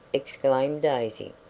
exclaimed daisy.